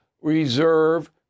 reserve